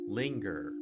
linger